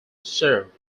served